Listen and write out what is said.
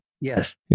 Yes